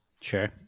Sure